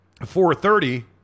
4.30